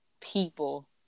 people